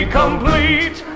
complete